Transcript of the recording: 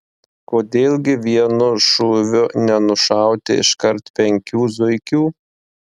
kodėl gi vienu šūviu nenušauti iškart penkių zuikių